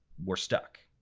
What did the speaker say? we're stuck.